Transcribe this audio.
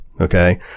Okay